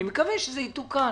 אני מקווה שזה יתוקן.